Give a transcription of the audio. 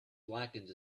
blackened